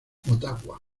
motagua